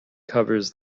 covers